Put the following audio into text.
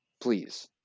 please